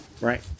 right